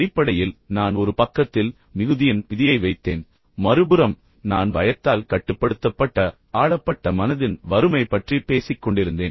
அடிப்படையில் நான் ஒரு பக்கத்தில் மிகுதியின் விதியை வைத்தேன் மறுபுறம் நான் பயத்தால் கட்டுப்படுத்தப்பட்ட ஆளப்பட்ட மனதின் வறுமை பற்றிப் பேசிக்கொண்டிருந்தேன்